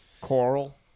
Coral